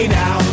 now